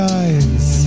eyes